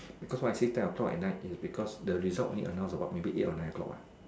because why I say ten O-clock at night is because the results only announce maybe at only like eight or nine O-clock what